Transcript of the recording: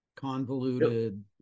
convoluted